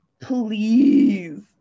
please